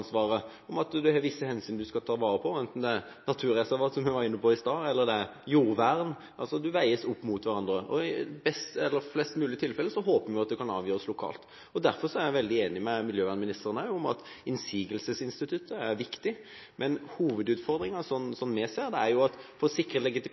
at en har visse hensyn en skal ivareta, enten det gjelder naturreservat – som vi var inne på i sted – eller jordvern. Dette veies opp mot hverandre. I flest mulig tilfeller håper vi at det kan avgjøres lokalt. Derfor er jeg veldig enig med miljøvernministeren i at innsigelsesinstituttet er viktig. Men